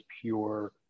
pure